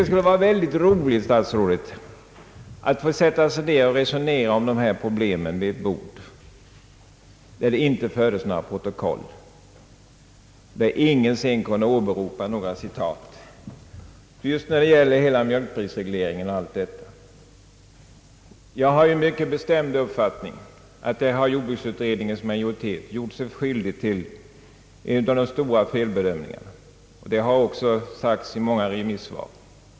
Det skulle vara mycket roligt, herr statsråd, att få sätta sig ned och resonera om dessa problem vid ett bord där det inte fördes några protokoll och ingen sedan kunde åberopa några citat när det gäller just mjölkprisregleringen och allt som sammanhänger med den. Jag har den mycket bestämda uppfattningen att jordbruksutredningens majoritet på den punkten gjort sig skyldig till en av de stora felbedömningarna. Det har också sagts i många remissvar.